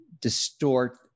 distort